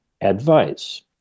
advice